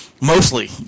Mostly